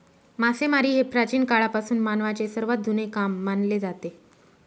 मासेमारी हे प्राचीन काळापासून मानवाचे सर्वात जुने काम मानले जाते